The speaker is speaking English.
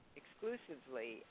exclusively